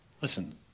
listen